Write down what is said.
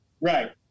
Right